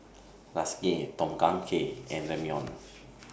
Lasagne Tom Kha Gai and Ramyeon